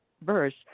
verse